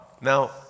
Now